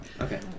Okay